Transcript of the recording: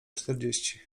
czterdzieści